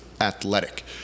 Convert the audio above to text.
athletic